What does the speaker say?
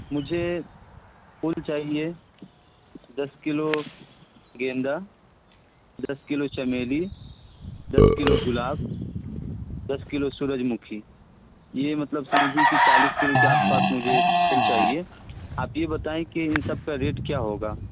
مجھے پھول چاہیے دس کلو گیندا دس کلو چنبیلی دس کلو گلاب دس کلو سورج مکھی یہ مطلب سمجھیے کہ چالیس کلو کے آس پاس مجھے پھول چاہیے آپ یہ بتائیں کہ ان سب کا ریٹ کیا ہوگا